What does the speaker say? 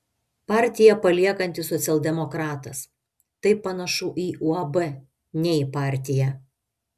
partiją paliekantis socialdemokratas tai panašu į uab ne į partiją